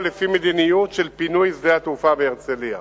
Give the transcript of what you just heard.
לפי מדיניות של פינוי שדה התעופה בהרצלייה.